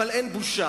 אבל אין בושה.